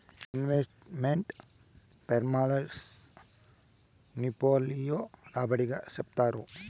invest meant performance ని portfolio రాబడి గా చెప్తారు